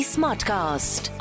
Smartcast